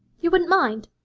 you wouldn't mind